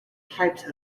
types